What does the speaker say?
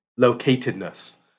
locatedness